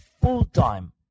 full-time